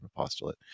apostolate